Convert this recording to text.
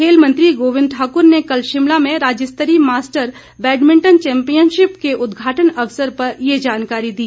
खेल मंत्री गोविंद ठाकर ने कल शिमला में राज्य स्तरीय मास्टर बैडमिंटन चैंपियनशिप के उदघाटन अवसर पर ये जानकारी दी